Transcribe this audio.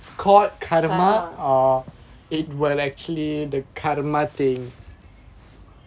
karma